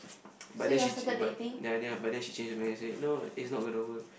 but then she ch~ but ya then I but then she changed her mind and say no it's not gonna work